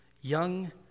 young